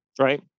right